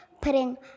putting